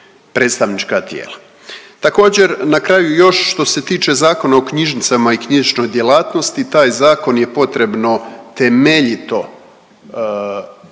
predstavnička tijela. Također na kraju još što se tiče Zakona o knjižnicama i knjižničnoj djelatnosti, taj zakon je potrebno temeljito